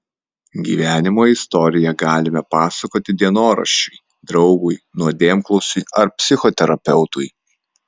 gyvenimo istoriją galime pasakoti dienoraščiui draugui nuodėmklausiui ar psichoterapeutui